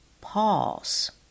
pause